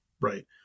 right